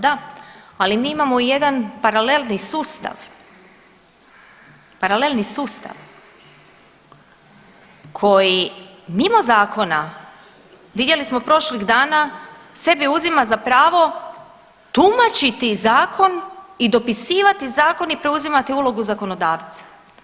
Da, ali mi imamo i jedan paralelni sustav, paralelni sustav koji mimo zakona, vidjeli smo prošlih dana sebi uzima za pravo tumačiti zakon i dopisivati zakon i preuzimati ulogu zakonodavca.